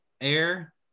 air